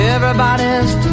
Everybody's